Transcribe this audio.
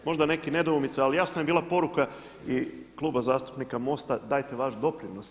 Možda nekih nedoumica, ali jasna je bila poruka i Kluba zastupnika MOST-a dajte vaš doprinos.